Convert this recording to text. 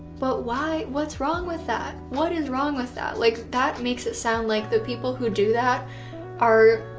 but why? what's wrong with that? what is wrong with that? like that makes it sound like the people who do that are.